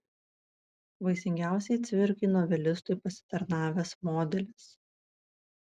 vaisingiausiai cvirkai novelistui pasitarnavęs modelis